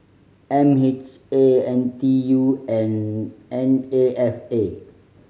M H A N T U and N A F A